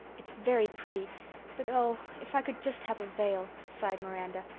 it's very pretty but oh, if i could just have a veil, sighed miranda.